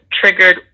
triggered